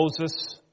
Moses